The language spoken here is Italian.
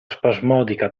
spasmodica